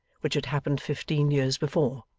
which had happened fifteen years before.